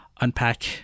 unpack